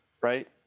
right